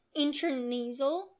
intranasal